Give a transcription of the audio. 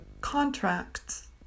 Contracts